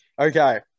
Okay